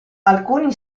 alcuni